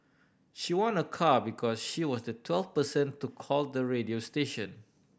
she won a car because she was the twelfth person to call the radio station